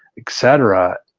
etc.